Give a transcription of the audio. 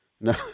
No